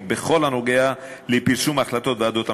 בכל הקשור לפרסום החלטות ועדות המשמעת,